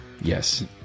yes